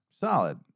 solid